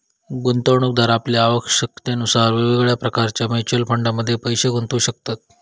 गुंतवणूकदार आपल्या आवश्यकतेनुसार वेगवेगळ्या प्रकारच्या म्युच्युअल फंडमध्ये पैशे गुंतवू शकतत